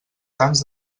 tants